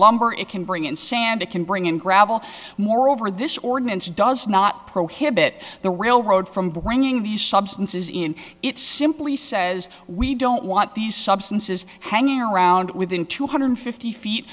lumber it can bring in sand it can bring in gravel moreover this ordinance does not prohibit the railroad from bringing these substances in it simply says we don't want these substances hanging around within two hundred fifty feet